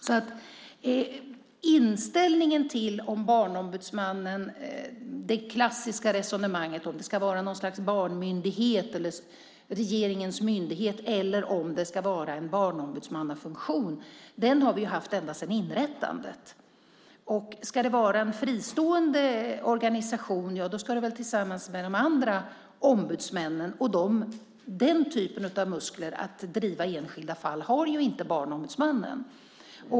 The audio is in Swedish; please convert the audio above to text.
Det klassiska resonemanget om Barnombudsmannen ska vara något slags barnmyndighet, regeringens myndighet eller om den ska vara en barnombudsmannafunktion har vi haft ända sedan inrättandet. Om det ska vara en fristående organisation ska den vara så tillsammans med de andra ombudsmännen. Den typen av muskler att driva enskilda fall har inte Barnombudsmannen.